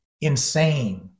insane